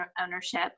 ownership